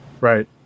Right